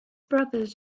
brothers